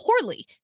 poorly